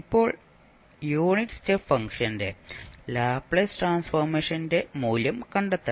ഇപ്പോൾ unit step ഫംഗ്ഷന്റെ Laplace ട്രാൻസ്ഫോർമേഷന്റെ മൂല്യം കണ്ടെത്തണം